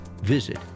visit